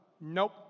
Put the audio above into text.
Nope